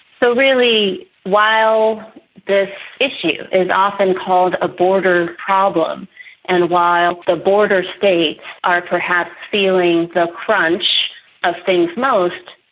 so really while this issue is often called a border problem and while the border states are perhaps feeling the crunch of things most,